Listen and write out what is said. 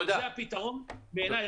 זה הפתרון בעיני.